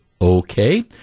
okay